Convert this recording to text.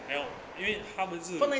哪我因为他们是